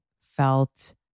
felt